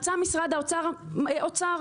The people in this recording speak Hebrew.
מצא משרד האוצר אוצר,